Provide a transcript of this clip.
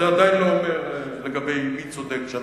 זה שאנחנו במיעוט מבוטל עדיין לא אומר לגבי מי צודק.